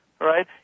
right